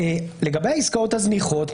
לגבי העסקאות הזניחות,